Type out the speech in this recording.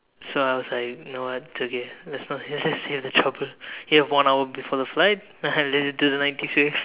so I was like you know what it's okay let's not hear them say any trouble you have one hour before the flight let us do the nineties wave